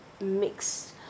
mixed